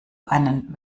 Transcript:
einen